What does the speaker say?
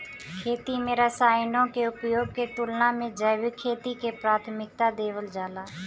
खेती में रसायनों के उपयोग के तुलना में जैविक खेती के प्राथमिकता देवल जाला